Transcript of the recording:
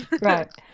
Right